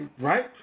Right